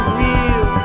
real